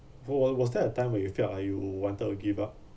for wa~ was there a time when you felt like you wanted to give up